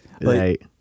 Right